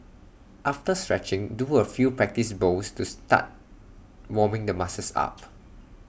after stretching do A few practice bowls to start warming the muscles up